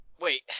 wait